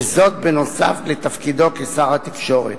וזאת נוסף על תפקידו כשר התקשורת.